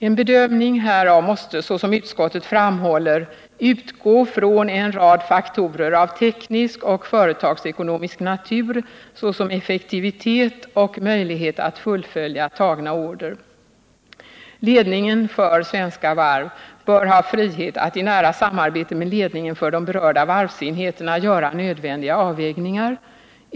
En bedömning härav måste såsom utskottet framhåller utgå från en rad faktorer av teknisk och företagsekonomisk natur, såsom effektivitet och möjlighet att fullfölja tagna order. Ledningen för Svenska Varv bör ha frihet att i nära samarbete med ledningen för de berörda varvsenheterna göra nödvändiga avvägningar.